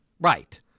Right